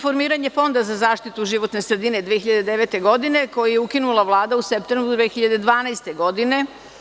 Formiranje fonda za zaštitu životne sredine 2009. godine, koji je ukinula Vlada u septembru 2012. godine.